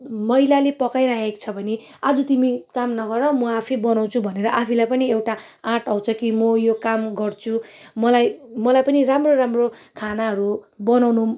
महिलाले पकाइराखेको छ भने आज तिमी काम नगर म आफै बनाउछु भने म आफैले एउटा आँट आउँछ कि म यो काम गर्छु मलाई मलाई पनि राम्रो राम्रो खानाहरू बनाउनु